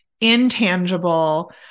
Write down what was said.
intangible